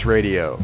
Radio